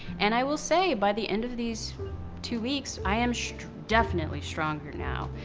and i will say, by the end of these two weeks, i am definitely stronger now,